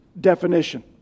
definition